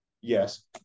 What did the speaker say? Yes